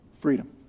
Freedom